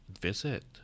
visit